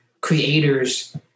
creators